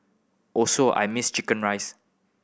also I missed chicken rice